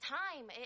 time